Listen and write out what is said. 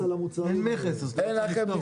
אין מכס על המוצרים.